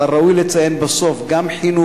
וראוי לציין בסוף גם חינוך,